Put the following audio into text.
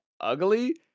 ugly